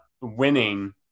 winning